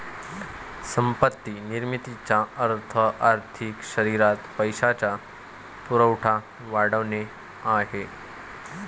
संपत्ती निर्मितीचा अर्थ आर्थिक शरीरात पैशाचा पुरवठा वाढवणे आहे